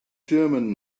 german